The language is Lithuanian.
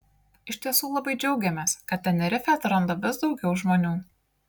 iš tiesų labai džiaugiamės kad tenerifę atranda vis daugiau žmonių